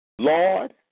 Lord